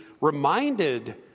reminded